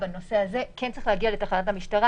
שצריך להגיע לתחנת המשטרה.